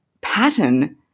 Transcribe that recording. pattern